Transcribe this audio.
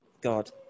god